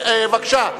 בבקשה.